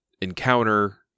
encounter